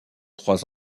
trois